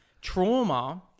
trauma